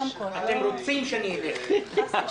כמובן,